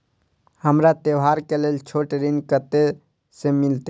हमरा त्योहार के लेल छोट ऋण कते से मिलते?